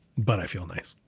but i feel nice,